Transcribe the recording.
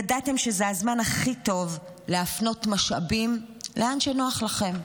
ידעתם שזה הזמן הכי טוב להפנות משאבים לאן שנוח לכם.